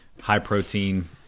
high-protein